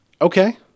Okay